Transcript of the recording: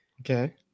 Okay